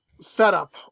setup